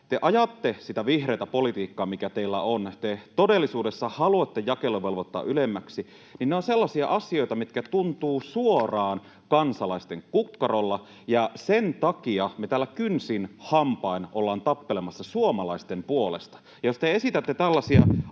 te ajatte sitä vihreätä politiikkaa, mikä teillä on, te todellisuudessa haluatte jakeluvelvoitetta ylemmäksi, niin nämä ovat sellaisia asioita, mitkä tuntuvat suoraan kansalaisten kukkarolla, ja sen takia me täällä kynsin hampain ollaan tappelemassa suomalaisten puolesta. Jos te esitätte tällaisia